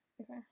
okay